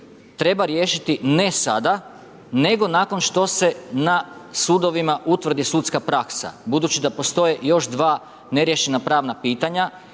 treba riješiti ne sada nego nakon što se na sudovima utvrdi sudska praksa budući da postoje još dva neriješena pravna pitanja,